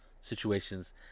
situations